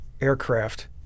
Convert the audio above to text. aircraft